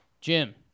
Jim